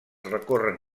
recorren